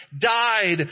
died